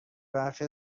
برخی